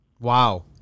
Wow